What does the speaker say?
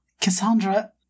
Cassandra